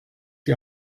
die